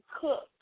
cook